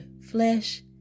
flesh